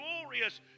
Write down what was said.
glorious